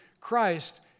Christ